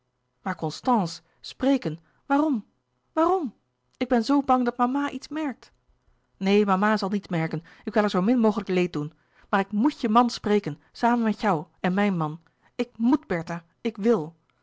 maar constance spreken waarom waarom ik ben zoo bang dat mama iets merkt neen mama zal niets merken ik wil haar zoo min mogelijk leed doen maar ik moet je man spreken samen met jou en mijn man ik moet bertha ik wil